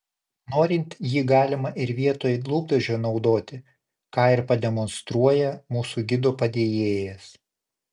norint jį galima ir vietoj lūpdažio naudoti ką ir pademonstruoja mūsų gido padėjėjas